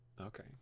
Okay